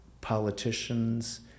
politicians